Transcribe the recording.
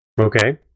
Okay